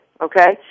okay